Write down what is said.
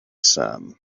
some